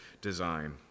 design